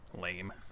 Lame